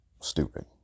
stupid